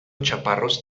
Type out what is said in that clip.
chaparros